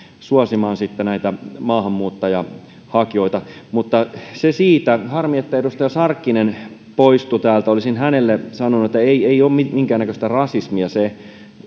suosimaan näitä maahanmuuttajahakijoita mutta se siitä harmi että edustaja sarkkinen poistui täältä olisin hänelle sanonut että ei ei ole minkäännäköistä rasismia se